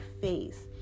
face